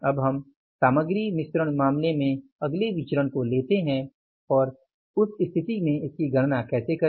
अब हम सामग्री मिश्रण मामले में अगले विचरण को लेते हैं और उस स्थिति में इसकी गणना कैसे करें